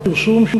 הפרסום של